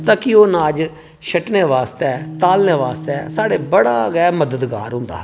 की के ओह् नाज साढ़े छट्टने आस्तै तालने आस्तै ओह् बड़ा मददगार होंदा हा